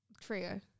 trio